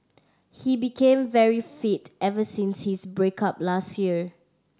he became very fit ever since his break up last year